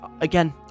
again